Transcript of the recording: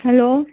hello